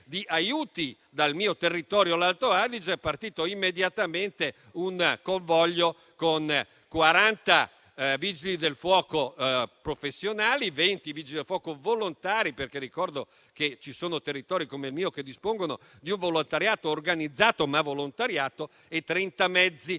di aiuti. Dal mio territorio, l'Alto Adige, è partito immediatamente un convoglio con 40 vigili del fuoco professionali, 20 vigili del fuoco volontari - ricordo che ci sono territori, come il mio, che dispongono di un volontariato, organizzato sì, ma sempre volontariato - e 30 mezzi,